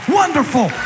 wonderful